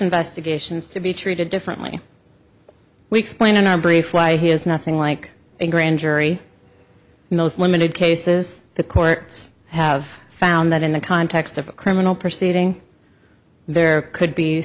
investigations to be treated differently we explain in our brief why he has nothing like a grand jury in those limited cases the court have found that in the context of a criminal proceeding there could be